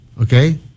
Okay